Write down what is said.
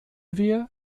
wir